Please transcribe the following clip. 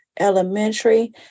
elementary